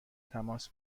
تماس